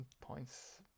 Points